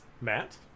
Matt